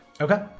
Okay